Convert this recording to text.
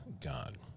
God